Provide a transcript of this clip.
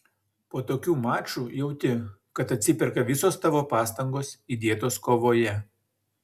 po tokių mačų jauti kad atsiperka visos tavo pastangos įdėtos kovoje